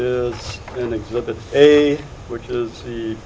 is an exhibit a which is the